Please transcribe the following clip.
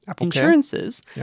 insurances